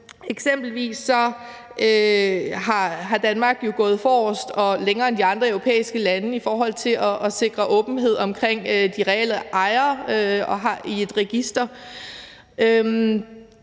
Eksempelvis er Danmark jo gået forrest og også længere end de andre europæiske lande i forhold til at sikre åbenhed om de reelle ejere i et register.